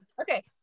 Okay